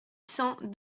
cents